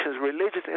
religious